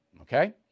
Okay